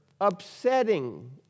upsetting